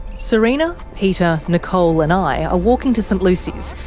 sarina, peta, nicole and i are walking to st lucy's,